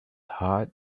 heart